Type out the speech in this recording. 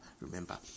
remember